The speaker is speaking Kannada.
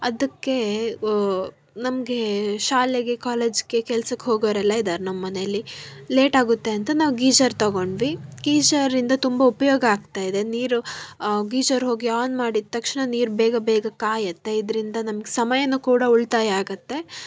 ಅದಕ್ಕೆ ನಮಗೆ ಶಾಲೆಗೆ ಕಾಲೇಜ್ಗೆ ಕೆಲ್ಸಕ್ಕೆ ಹೋಗೋರು ಎಲ್ಲ ಇದ್ದಾರೆ ನಮ್ಮ ಮನೇಲಿ ಲೇಟ್ ಆಗುತ್ತೆ ಅಂತ ನಾವು ಗೀಝರ್ ತಗೊಂಡ್ವಿ ಗೀಝರಿಂದ ತುಂಬ ಉಪಯೋಗ ಆಗ್ತಾ ಇದೆ ನೀರು ಗೀಝರ್ ಹೋಗಿ ಆನ್ ಮಾಡಿದ ತಕ್ಷಣ ನೀರು ಬೇಗ ಬೇಗ ಕಾಯುತ್ತೆ ಇದರಿಂದ ನಮ್ಮ ಸಮಯನೂ ಕೂಡ ಉಳಿತಾಯ ಆಗುತ್ತೆ